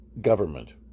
government